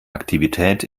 aktivität